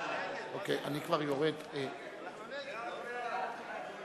ההצעה להעביר את הצעת חוק